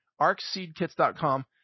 arcseedkits.com